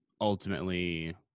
ultimately